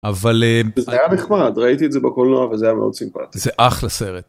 אבל זה היה נחמד, ראיתי את זה בקולנוע וזה היה מאוד סימפטי. זה אחלה סרט.